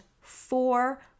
four